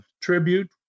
tribute